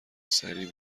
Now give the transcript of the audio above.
سریع